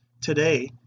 Today